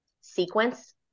sequence